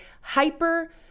hyper